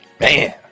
Man